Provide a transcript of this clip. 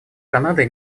канады